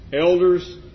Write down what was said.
elders